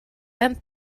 and